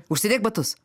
užsidėk batus